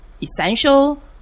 essential